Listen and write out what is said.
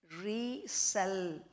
resell